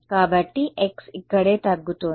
కాబట్టి x ఇక్కడే తగ్గుతోంది